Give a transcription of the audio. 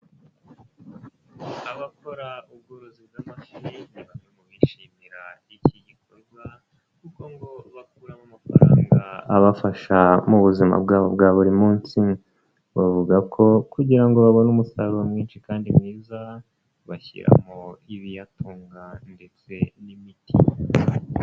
Abakora ubworozi bw'amafi, ni bamwe mu bishimira iki gikorwa kuko ngo bakuramo amafaranga abafasha mu buzima bwabo bwa buri munsi. Bavuga ko kugira ngo babone umusaruro mwinshi kandi mwiza, bashyiramo ibiyatunga ndetse n'imiti.